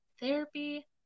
therapy